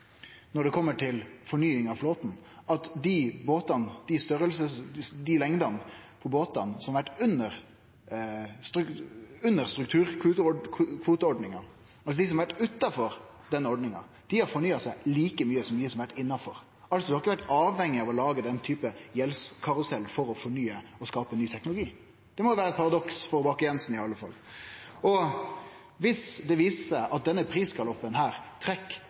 Når det gjeld fornying av flåten, er det interessant at båtane med ei lengd som har vore utanfor strukturkvoteordninga, har fornya seg like mykje som dei som har vore innanfor. Ein har ikkje vore avhengig av å lage den typen gjeldskarusell for å fornye og skape ny teknologi. Det må vere eit paradoks – for Bakke-Jensen i alle fall. Viss det viser seg at denne prisgaloppen